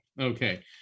Okay